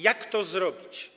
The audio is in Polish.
Jak to zrobić?